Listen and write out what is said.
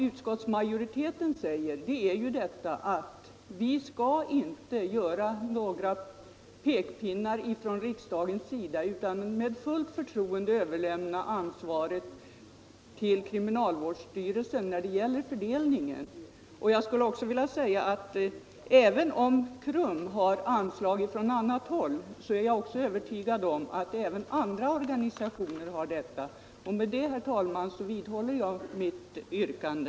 Utskottsmajoriteten anser att vi inte skall komma med några pekpinnar från riksdagens sida utan med fullt förtroende överlämna ansvaret till kriminalvårdsstyrelsen när det gäller fördelningen. Även om KRUM har anslag från annat håll är jag övertygad om att också andra organisationer har sådant stöd. Med detta, herr talman, vidhåller jag mitt yrkande.